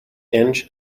inch